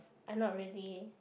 I not really